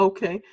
Okay